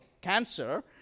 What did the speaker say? cancer